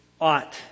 ought